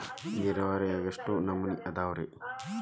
ನೇರಾವರಿಯಾಗ ಎಷ್ಟ ನಮೂನಿ ಅದಾವ್ರೇ?